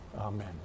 Amen